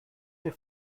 für